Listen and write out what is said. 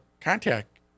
contact